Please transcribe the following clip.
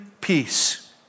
peace